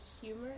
humor